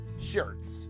shirts